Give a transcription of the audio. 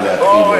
חזן.